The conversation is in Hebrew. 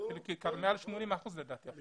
מעל 80% לדעתי עכשיו.